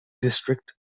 district